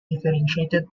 differentiated